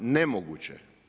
Nemoguće.